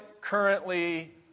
currently